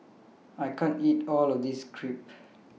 I can't eat All of This Crepe